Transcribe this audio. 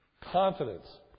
confidence